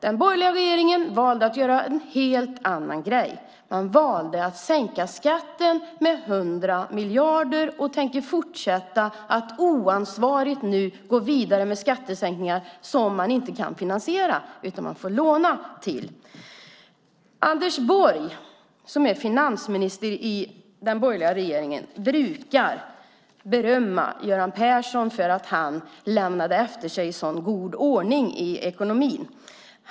Den borgerliga regeringen valde att göra en helt annan grej. Man valde att sänka skatten med 100 miljarder, och man tänker fortsätta att oansvarigt gå vidare med skattesänkningar som man inte kan finansiera utan måste låna till. Anders Borg som är finansminister i den borgerliga regeringen brukar berömma Göran Persson för att han lämnade efter sig en så god ordning i ekonomin.